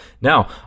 Now